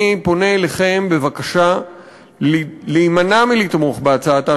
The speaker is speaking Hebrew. אני פונה אליכם בבקשה להימנע מלתמוך בהצעתה